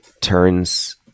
turns